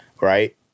right